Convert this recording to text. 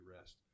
rest